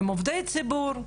הם עובדי ציבור.